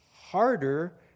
harder